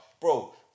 Bro